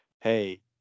hey